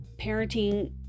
parenting